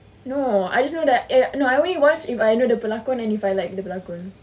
no I just know that eh I only watch if I know the pelakon or if I like dia berlakon